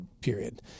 period